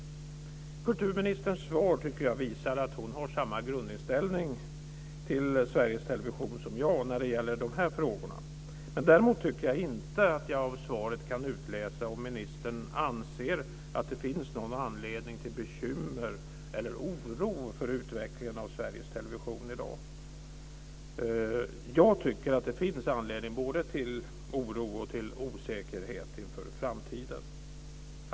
Jag tycker att kulturministerns svar visar att hon har samma grundinställning till Sveriges Television som jag när det gäller de här frågorna. Däremot tycker jag inte att jag av svaret kan utläsa om ministern anser att det finns någon anledning till bekymmer eller oro för utvecklingen av Sveriges Television i dag. Jag tycker att det finns skäl både till oro och till osäkerhet inför framtiden.